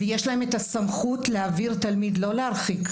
ויש להם את הסמכות להעביר תלמיד לא להרחיק.